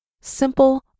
simple